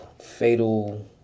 fatal